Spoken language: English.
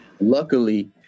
Luckily